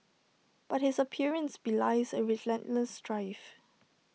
but his appearance belies A relentless drive